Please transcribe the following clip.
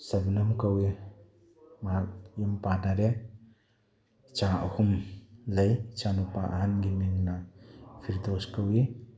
ꯁꯕꯅꯝ ꯀꯧꯏ ꯃꯍꯥꯛ ꯌꯨꯝ ꯄꯥꯟꯅꯔꯦ ꯏꯆꯥ ꯑꯍꯨꯝ ꯂꯩ ꯏꯆꯥꯅꯨꯄꯥ ꯑꯍꯟꯒꯤ ꯃꯤꯡꯅ ꯐꯤꯔꯗꯣꯁ ꯀꯧꯏ